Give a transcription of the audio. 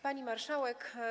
Pani Marszałek!